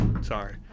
sorry